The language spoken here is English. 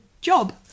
job